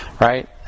right